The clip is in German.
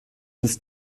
des